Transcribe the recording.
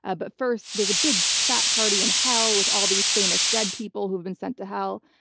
ah but first there's a big, fat party in hell with all these famous dead people who've been sent to hell.